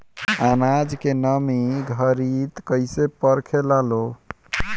आनाज के नमी घरयीत कैसे परखे लालो?